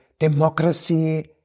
Democracy